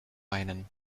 einen